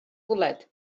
bwled